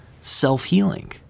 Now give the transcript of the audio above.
self-healing